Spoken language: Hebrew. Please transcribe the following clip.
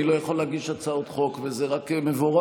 אני לא יכול להגיש הצעות חוק, וזה רק מבורך.